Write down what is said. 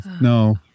no